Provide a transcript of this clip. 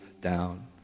down